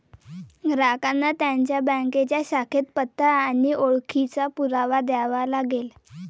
ग्राहकांना त्यांच्या बँकेच्या शाखेत पत्ता आणि ओळखीचा पुरावा द्यावा लागेल